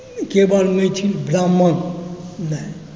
केवल मैथिल ब्राह्मण नहि